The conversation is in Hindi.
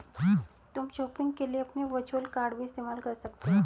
तुम शॉपिंग के लिए अपने वर्चुअल कॉर्ड भी इस्तेमाल कर सकते हो